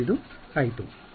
ಆದ್ದರಿಂದ ಇದು ಆಯಿತು